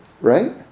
Right